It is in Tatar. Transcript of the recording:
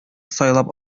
сайлап